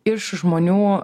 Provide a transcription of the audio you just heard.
iš žmonių